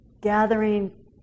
gathering